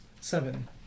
Seven